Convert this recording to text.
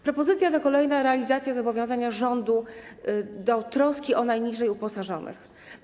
Propozycja to kolejna realizacja zobowiązania rządu do troski o najniżej uposażonych.